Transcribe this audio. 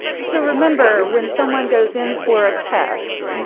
so remember, when someone goes in for a test,